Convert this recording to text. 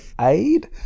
aid